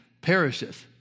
perisheth